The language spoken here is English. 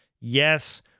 Yes